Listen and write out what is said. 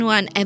One